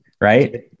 right